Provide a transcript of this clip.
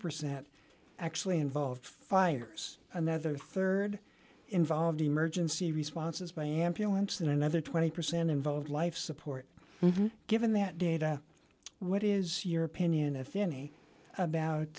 percent actually involved fires another rd involved emergency responses by ambulance and another twenty percent involved life support given that data what is your opinion if any about